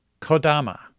Kodama